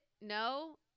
No